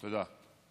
תודה.